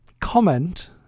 comment